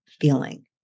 feeling